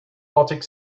baltic